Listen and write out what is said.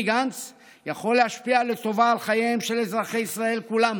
גנץ יכול להשפיע לטובה על חייהם של אזרחי ישראל כולם